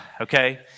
Okay